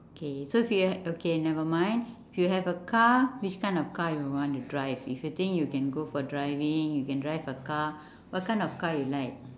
okay so if you ha~ okay never mind if you have a car which kind of car you want to drive if you think you can go for driving you can drive a car what kind of car you like